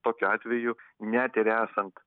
tokiu atveju net ir esant